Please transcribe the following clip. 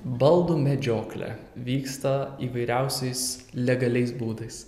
baldų medžioklė vyksta įvairiausiais legaliais būdais